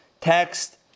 Text